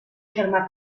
germà